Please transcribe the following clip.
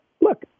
look